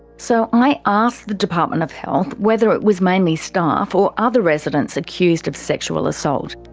so i asked the department of health whether it was mainly staff or other residents accused of sexual assault,